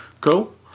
Cool